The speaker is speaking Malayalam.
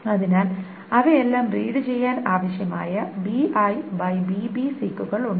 അതിനാൽ അവയെല്ലാം റീഡ് ചെയ്യാൻ ആവശ്യമായ സീക്കുകൾ ഉണ്ട്